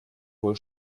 wohl